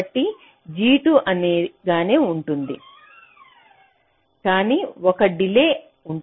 కాబట్టి ఇది G2 గానే ఉంటుంది కానీ 1 డిలే ఉంటుంది